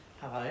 Hello